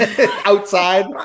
Outside